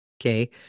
Okay